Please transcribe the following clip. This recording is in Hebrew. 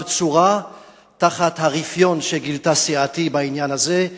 בצורה תחת הרפיון שגילתה סיעתי בעניין הזה,